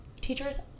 teachers